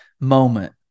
moment